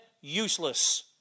useless